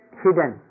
hidden